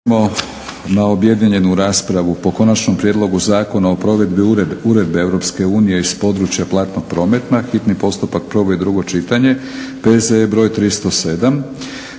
na objedinjenu raspravu po - Konačni prijedlog zakona o provedbi Uredbe Europske unije iz područja platnog prometa, hitni postupak, prvo i drugo čitanje, P. Z. E. br. 307